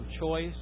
choice